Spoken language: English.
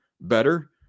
better